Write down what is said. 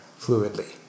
fluidly